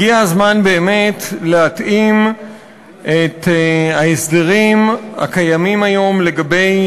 הגיע הזמן באמת להתאים את ההסדרים הקיימים היום לגבי